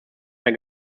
mehr